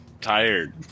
Tired